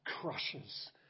Crushes